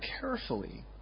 carefully